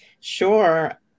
Sure